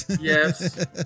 Yes